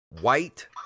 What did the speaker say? white